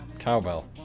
Cowbell